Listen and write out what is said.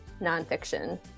nonfiction